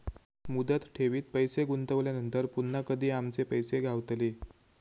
मुदत ठेवीत पैसे गुंतवल्यानंतर पुन्हा कधी आमचे पैसे गावतले?